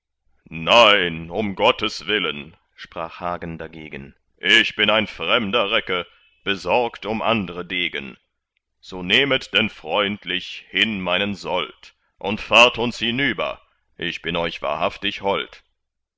nein um gottes willen sprach hagen dagegen ich bin ein fremder recke besorgt um andre degen so nehmet denn freundlich hin meinen sold und fahrt uns hinüber ich bin euch wahrhaftig hold